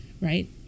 right